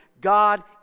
God